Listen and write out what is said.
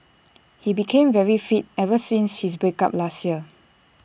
he became very fit ever since his break up last year